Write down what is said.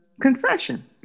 concession